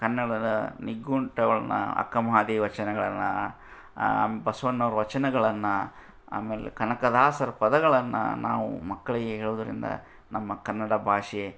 ಕನ್ನಡದ ನಿಘಂಟುಗಳ್ನ ಅಕ್ಕಮಹಾದೇವಿ ವಚನಗಳನ್ನು ಬಸವಣ್ಣವ್ರು ವಚನಗಳನ್ನು ಆಮೇಲೆ ಕನಕದಾಸರ ಪದಗಳನ್ನು ನಾವು ಮಕ್ಕಳಿಗೆ ಹೇಳುವುದರಿಂದ ನಮ್ಮ ಕನ್ನಡ ಭಾಷೆ